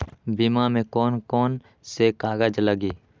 बीमा में कौन कौन से कागज लगी?